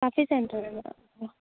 cafe central